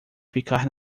ficar